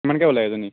কিমানকে ওলায় এজনীৰ